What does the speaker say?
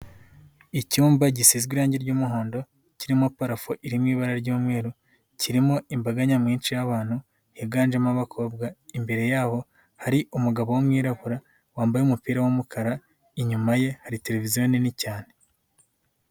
Icyumba gisigazwe irangi ry'umuhondo kirimo parafo iriri mu ibara ry'umweru kirimo imbaga nyamwinshi y'abantu higanjemo abakobwa, imbere yabo hari umugabo w'umwirabura wambaye umupira w'umukara, inyuma ye hari televiziyo nini cyane.